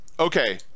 Okay